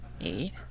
Eight